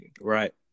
Right